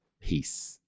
peace